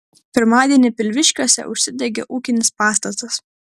pirmadienį pilviškiuose užsidegė ūkinis pastatas